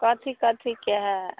कथी कथीके हइ